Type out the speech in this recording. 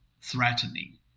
threatening